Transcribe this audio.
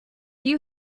you